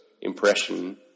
impression